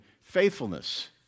faithfulness